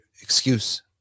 excuse